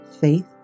faith